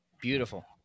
Beautiful